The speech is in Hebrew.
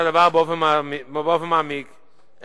אנשי משרד ראש הממשלה לא בדקו את הדבר באופן מעמיק,